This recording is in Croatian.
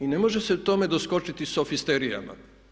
I ne može se tome doskočiti sofisterijama.